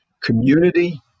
Community